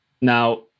Now